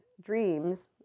dreams